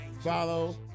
follow